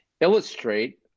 illustrate